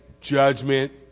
judgment